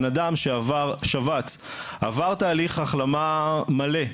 בן אדם שעבר שבץ, עבר תהליך החלמה מלא,